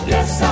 Yes